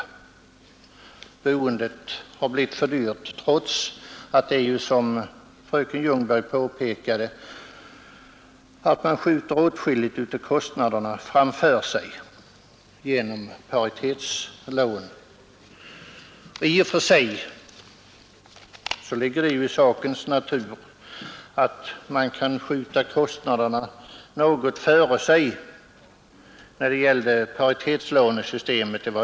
Boendet har blivit för dyrt trots att man, som fröken Ljungberg påpekade, skjuter åtskilligt av kostnaderna framför sig genom paritetslånen. I och för sig ligger det i sakens natur att man kan skjuta kostnaderna något framför sig genom paritetslånesystemet.